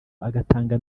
agatanga